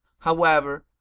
however,